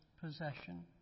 possession